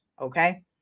okay